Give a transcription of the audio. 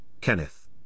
Kenneth